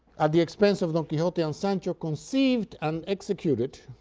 at the expense of don quixote and sancho conceived and executed